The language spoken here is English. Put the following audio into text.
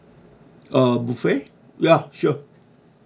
uh buffet ya sure